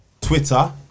Twitter